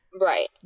Right